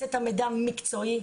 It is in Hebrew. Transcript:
רוצה את המידע מקצועי.